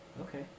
Okay